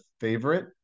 favorite